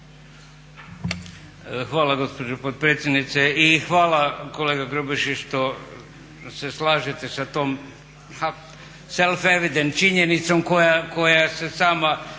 Hvala gospođo potpredsjednice. I hvala kolega Grubišić što se slažete sa tom, a self-evident činjenicom koja se sama